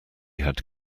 had